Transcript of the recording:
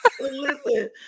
Listen